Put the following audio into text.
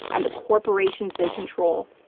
and the corporations they control.